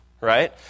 right